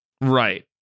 Right